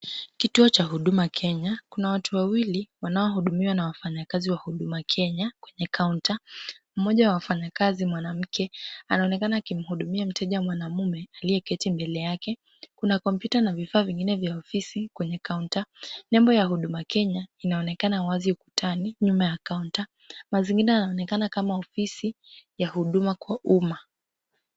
Kituo cha Huduma Kenya. Kuna watu wawili, wanaohudumiwa na wafanyakazi wa Huduma Kenya, kwenye kaunta. Mmoja wa wafanyakazi mwanamke, anaonekana akimhudumia mteja mwanamume aliyeketi mbele yake. Kuna computer na vifaa vingine vya ofisi kwenye counter , nembo ya Huduma Kenya, inaonekana wazi ukutani, nyuma ya kaunta. Mazingira yanaonekana kama ofisi ya huduma kwa umma.